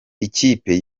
ikipe